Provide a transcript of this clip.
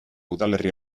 udalerri